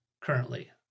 currently